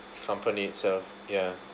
company itself ya